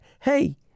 hey